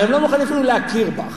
הרי הם לא מוכנים אפילו להכיר בך.